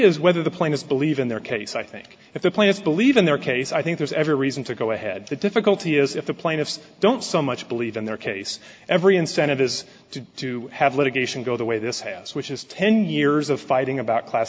is whether the plan is believe in their case i think if the plaintiffs believe in their case i think there's every reason to go ahead the difficulty is if the plaintiffs don't so much believe in their case every incentive is to to have litigation go the way this has which is ten years of fighting about class